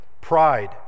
pride